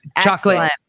chocolate